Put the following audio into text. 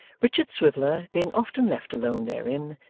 richard swiveller, being often left alone therein,